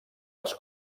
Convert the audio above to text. les